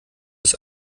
ist